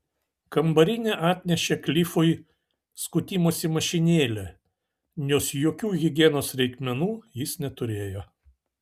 kambarinė atnešė klifui skutimosi mašinėlę nes jokių higienos reikmenų jis neturėjo